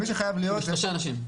מי שחייב להיות --- שלושה אנשים.